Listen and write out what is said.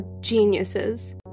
geniuses